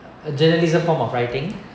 a journalism form of writing